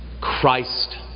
Christ